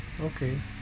Okay